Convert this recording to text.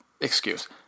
excuse